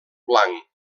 blanc